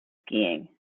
skiing